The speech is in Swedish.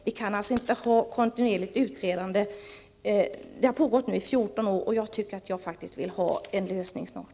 Vi kan alltså inte ha ett kontinuerligt utredande. Detta utredande har pågått i 14 år, och jag vill faktiskt att denna fråga skall lösas snart.